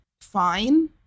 fine